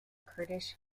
kurdish